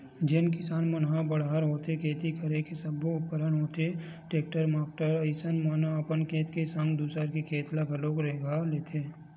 जेन किसान मन बड़हर होथे खेती करे के सब्बो उपकरन होथे टेक्टर माक्टर अइसन म अपन खेत के संग दूसर के खेत ल घलोक रेगहा लेथे